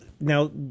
now